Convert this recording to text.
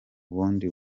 bundi